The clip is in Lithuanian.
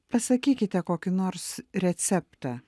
pasakykite kokį nors receptą